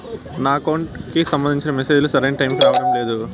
నా అకౌంట్ కి సంబంధించిన మెసేజ్ లు సరైన టైముకి రావడం లేదు